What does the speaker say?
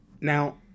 Now